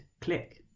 click